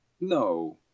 No